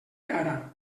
ara